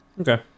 Okay